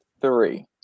three